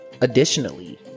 additionally